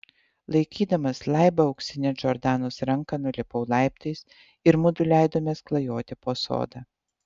laikydamas laibą auksinę džordanos ranką nulipau laiptais ir mudu leidomės klajoti po sodą